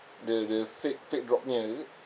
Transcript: the the fake fake is it